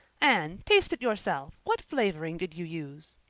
anne, taste it yourself. what flavoring did you use?